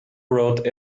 road